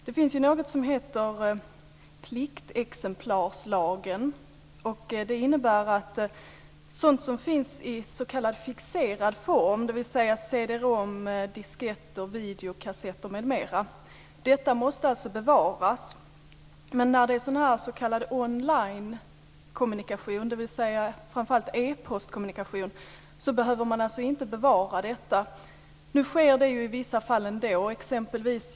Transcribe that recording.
Det finns ju något som heter pliktexemplarslagen, som innebär att sådant som finns i s.k. fixerad form, dvs. cd-rom, disketter, videokasetter m.m., måste bevaras. Men s.k. on line-kommunikation, framför allt e-postkommunikation, behöver inte bevaras. Nu sker det i vissa fall ändå.